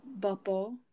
Bubble